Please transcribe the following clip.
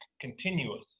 continuous